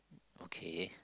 okay